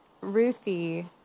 Ruthie